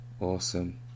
Awesome